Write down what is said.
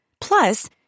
Plus